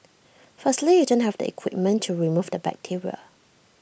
firstly you don't have the equipment to remove the bacteria